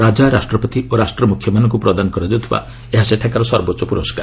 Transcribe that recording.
ରାଜା ରାଷ୍ଟ୍ରପତି ଓ ରାଷ୍ଟ୍ର ମ୍ରଖ୍ୟମାନଙ୍କ ପ୍ରଦାନ କରାଯାଉଥିବା ଏହା ସେଠାକାର ସର୍ବୋଚ୍ଚ ପ୍ରରସ୍କାର